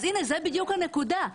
הנה, זו בדיוק הנקודה.